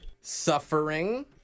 Suffering